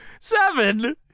Seven